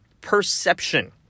perception